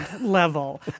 level